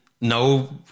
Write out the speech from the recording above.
no